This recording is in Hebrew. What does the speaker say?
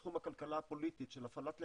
בתחום הכלכלה הפוליטית של הפעלת לחצים,